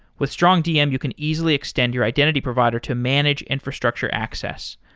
with strongdm, you can easily extend your identity provider to manage infrastructure access.